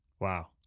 Wow